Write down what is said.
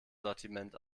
sortiment